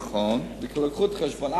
נכון, לקחו את זה בחשבון.